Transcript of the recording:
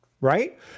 Right